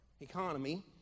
economy